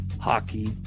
hockey